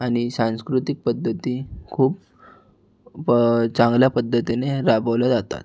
आणि सांस्कृतिक पद्धती खूप ब चांगल्या पद्धतीने राबवल्या जातात